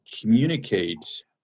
communicate